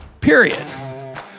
period